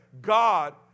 God